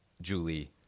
Julie